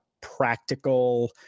practical